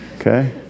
Okay